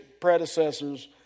predecessors